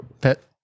Pet